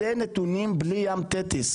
זה נתונים בלי ים תטיס.